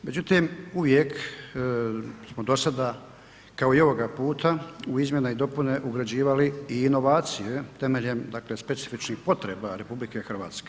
Međutim, uvijek smo do sada kao i ovoga puta u izmjene i dopune ugrađivali i inovacije temeljem specifičnih potreba RH.